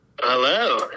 Hello